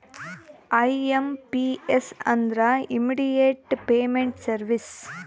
IMPS ಅಂದ್ರ immediate payment services